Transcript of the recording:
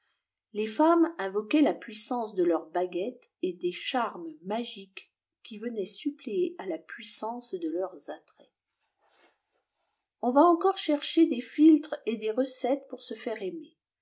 les feàimes invoquaient la puissece de leur baguettft et des charmes magiques qui venaient suppléer à la puissance de leurs attraits on va encore chercher des philtres et des recettes pour se faire ainr